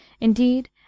Indeed